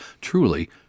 truly